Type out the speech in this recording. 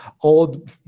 old